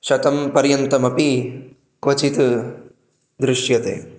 शतं पर्यन्तमपि क्वचित् दृश्यते